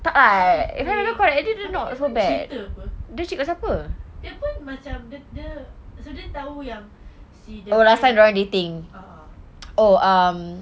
tapi dia pun cerita apa dia pun macam dia dia dia tahu yang si ah ah